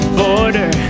border